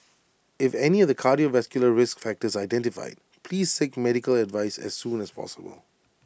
if any of the cardiovascular risk factors are identified please seek medical advice as soon as possible